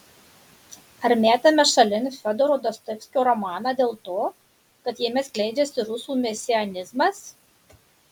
ar metame šalin fiodoro dostojevskio romaną dėl to kad jame skleidžiasi rusų mesianizmas